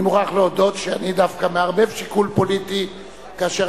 אני מוכרח להודות שאני דווקא מערבב שיקול פוליטי כאשר